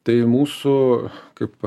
tai mūsų kaip